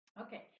Okay